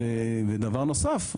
ודבר נוסף,